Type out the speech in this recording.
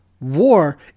War